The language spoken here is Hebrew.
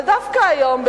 אבל דווקא היום,